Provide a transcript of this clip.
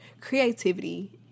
creativity